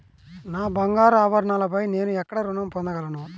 నా బంగారు ఆభరణాలపై నేను ఎక్కడ రుణం పొందగలను?